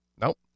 nope